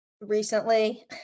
recently